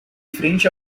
frente